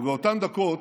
ובאותן דקות